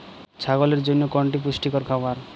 ছাগলের জন্য কোনটি পুষ্টিকর খাবার?